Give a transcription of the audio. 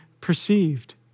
perceived